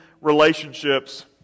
relationships